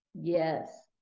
Yes